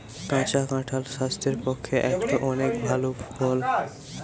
কাঁচা কাঁঠাল স্বাস্থ্যের পক্ষে একটো অনেক ভাল ফল